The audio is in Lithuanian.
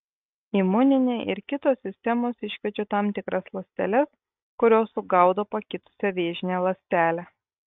imuninė ir kitos sistemos iškviečia tam tikras ląsteles kurios sugaudo pakitusią vėžinę ląstelę